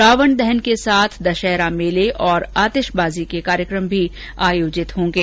रावण दहन के साथ दशहरा मेले और आतिशबाजी के कार्यक्रम भी आयोजित होंगे